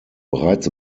bereits